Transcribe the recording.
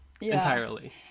entirely